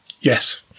yes